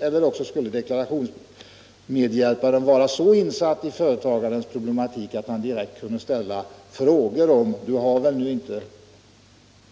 I annat fall krävdes att deklarationsmedhjälparen var så väl insatt i företagarens problematik att han kunde ställa frågor huruvida denne